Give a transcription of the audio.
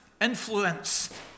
influence